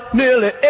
nearly